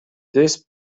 this